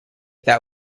that